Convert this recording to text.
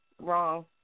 wrong